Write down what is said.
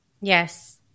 Yes